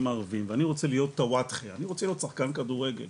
הערביים ואני רוצה להיות שחקן כדורגל,